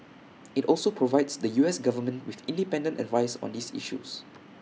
IT also provides the U S Government with independent advice on these issues